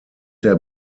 der